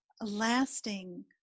lasting